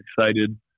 excited